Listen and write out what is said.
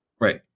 Right